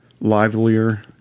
livelier